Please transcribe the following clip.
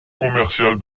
commercial